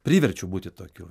priverčiu būti tokiu